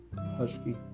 husky